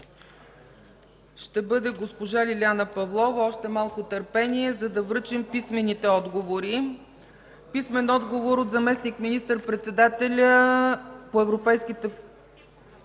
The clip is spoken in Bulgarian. ще бъде госпожа Лиляна Павлова, но още малко търпение, за да връчим писмените отговори. Писмен отговор от: - заместник министър-председателя по европейските фондове